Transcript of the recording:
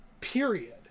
period